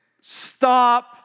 stop